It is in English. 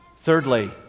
Thirdly